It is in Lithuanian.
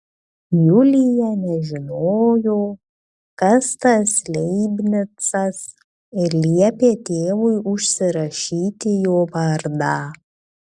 julija nežinojo kas tas leibnicas ir liepė tėvui užsirašyti jo vardą